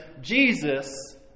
Jesus